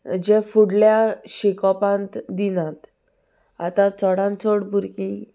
जे फुडल्या शिकोपांत दिनात आतां चडान चड भुरगीं